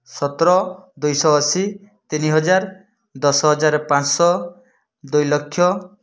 ସତର ଦୁଇଶହ ଅଶୀ ତିନି ହଜାର ଦଶ ହଜାର ପାଞ୍ଚଶହ ଦୁଇଲକ୍ଷ